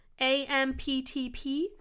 amptp